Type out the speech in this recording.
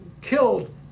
killed